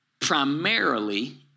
Primarily